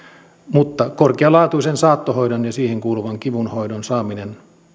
mutta korkealaatuisen saattohoidon ja siihen kuuluvan kivunhoidon saaminen